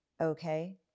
okay